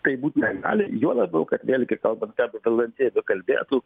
taip būt negali juo labiau kad vėlgi kalbant ką valdantieji bekalbėtų